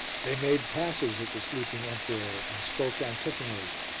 they made passes at the sleeping emperor and spoke antiphonally,